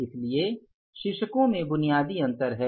इसलिए शीर्षकों में बुनियादी अंतर है